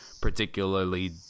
particularly